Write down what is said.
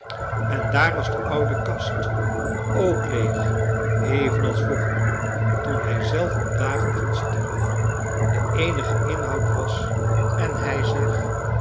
en daar was de oude kast ook leeg evenals vroeger toen hij zelf op dagen van straf de eenige inhoud was en hij zich